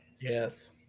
Yes